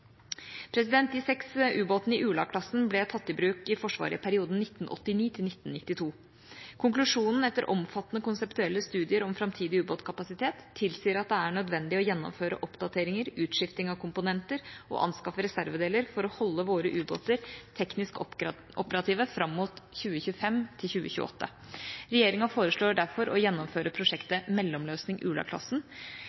De seks ubåtene i Ula-klassen ble tatt i bruk i Forsvaret i perioden 1989–1992. Konklusjonen etter omfattende konseptuelle studier om framtidig ubåtkapasitet tilsier at det er nødvendig å gjennomføre oppdateringer og utskifting av komponenter og å anskaffe reservedeler for å holde våre ubåter teknisk operative fram mot 2025–2028. Regjeringa foreslår derfor å gjennomføre prosjektet Mellomløsning